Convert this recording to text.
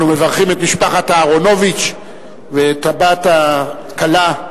אנחנו מברכים את משפחת אהרונוביץ ואת הבת הכלה.